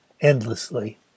endlessly